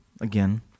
Again